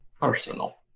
Personal